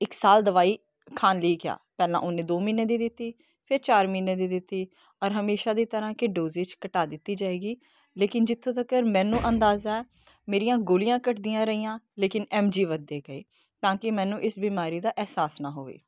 ਇੱਕ ਸਾਲ ਦਵਾਈ ਖਾਣ ਲਈ ਕਿਹਾ ਪਹਿਲਾਂ ਉਹਨੇ ਦੋ ਮਹੀਨੇ ਦੀ ਦਿੱਤੀ ਫਿਰ ਚਾਰ ਮਹੀਨੇ ਦੀ ਦਿੱਤੀ ਔਰ ਹਮੇਸ਼ਾ ਦੀ ਤਰ੍ਹਾਂ ਕਿ ਡੋਜਿਜ ਘਟਾ ਦਿੱਤੀ ਜਾਵੇਗੀ ਲੇਕਿਨ ਜਿੱਥੋਂ ਤੱਕ ਮੈਨੂੰ ਅੰਦਾਜ਼ਾ ਮੇਰੀਆਂ ਗੋਲੀਆਂ ਘੱਟਦੀਆਂ ਰਹੀਆਂ ਲੇਕਿਨ ਐਮ ਜੀ ਵੱਧਦੇ ਗਏ ਤਾਂ ਕਿ ਮੈਨੂੰ ਇਸ ਬਿਮਾਰੀ ਦਾ ਅਹਿਸਾਸ ਨਾ ਹੋਵੇ